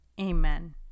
Amen